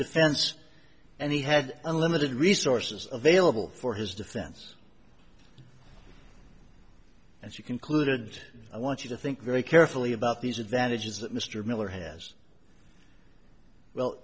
defense and he had unlimited resources of vailable for his defense and she concluded i want you to think very carefully about these advantages that mr miller has well